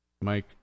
Mike